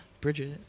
Bridget